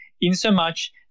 insomuch